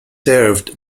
served